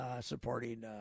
supporting